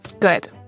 Good